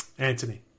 Anthony